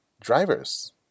drivers